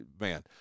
man